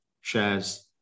shares